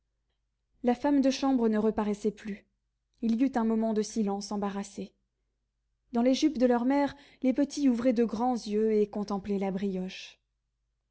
la femme de chambre ne reparaissait plus il y eut un moment de silence embarrassé dans les jupes de leur mère les petits ouvraient de grands yeux et contemplaient la brioche